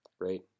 Great